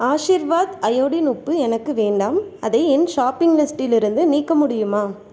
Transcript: Aashirvaad iodine உப்பு எனக்கு வேண்டாம் அதை என் ஷாப்பிங் லிஸ்டிலிருந்து நீக்க முடியுமா